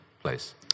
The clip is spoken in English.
place